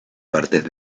partes